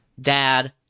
dad